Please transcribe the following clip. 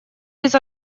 без